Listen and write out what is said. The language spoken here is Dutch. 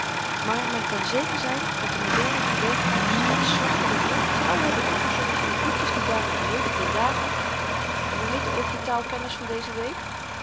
maar men kan zeker zyn dat de moderne verbeteraars de geslachten der woorden trouw hebben opgezocht in de boekjes die daarover heden ten dage hoe heeten ook de taalkenners van deze week